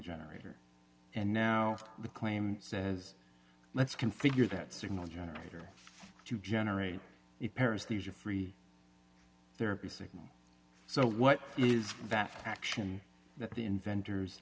generator and now the claim says let's configure that signal generator to generate the parents these are free therapy signal so what vast action that the inventors